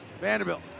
Vanderbilt